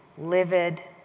livid,